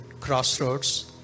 crossroads